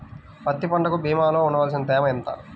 పత్తి పంటకు భూమిలో ఉండవలసిన తేమ ఎంత?